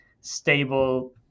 stable